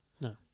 No